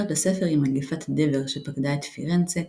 לספר היא מגפת דבר שפקדה את פירנצה,